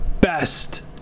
best